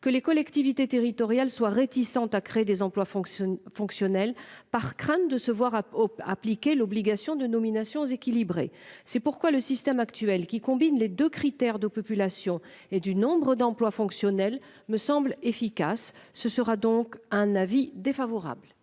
que les collectivités territoriales soient réticentes à créer des emplois fonctionne fonctionnelle par crainte de se voir à appliquer l'obligation de nominations équilibrées. C'est pourquoi le système actuel qui combine les 2 critères de population et du nombre d'emplois fonctionnels me semble efficace. Ce sera donc un avis défavorable.